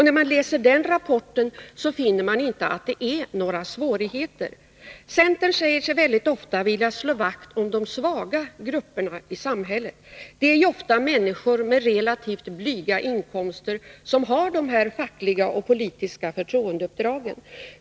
När man läser den rapporten finner man inte att det är några svårigheter. Centern säger sig ofta vilja slå vakt om de svaga grupperna i samhället. Det är ju ofta människor med relativt blygsamma inkomster som har dessa fackliga och politiska förtroendeuppdrag.